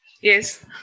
Yes